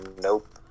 Nope